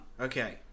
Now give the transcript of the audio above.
Okay